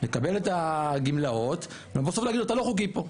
לקבל את הגמלאות ובסוף להגיד לו אתה לא חוקי פה,